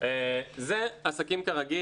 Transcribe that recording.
זה עסקים כרגיל.